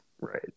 Right